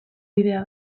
bidea